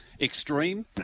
extreme